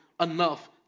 enough